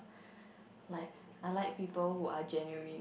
like I like people who are generally